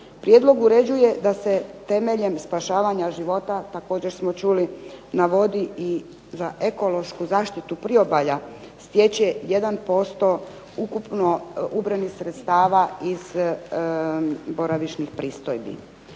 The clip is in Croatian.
Prijedlog uređuje da se temeljem spašavanja života, također smo čuli, navodi i za ekološku zaštitu priobalja gdje će 1% ukupno ubrojenih sredstava iz boravišnih pristojbi.